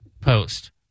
post